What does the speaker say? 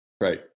Right